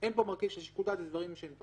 אין פה מרכיב של שיקול דעת, אלה דברים טכניים.